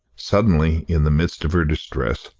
suddenly, in the midst of her distress,